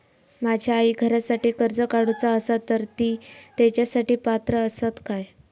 माझ्या आईक घरासाठी कर्ज काढूचा असा तर ती तेच्यासाठी पात्र असात काय?